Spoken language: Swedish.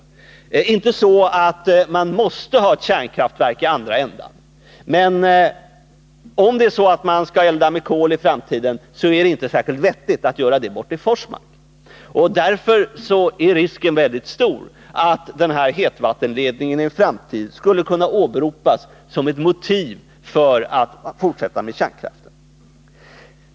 Det är inte så att man måste ha ett kärnkraftverk i andra ändan, men om man skall elda med kol i framtiden är det inte särskilt vettigt att göra det i Forsmark. Därför är risken mycket stor att hetvattenledningen i framtiden skulle kunna åberopas som ett motiv för att fortsätta med kärnkraft.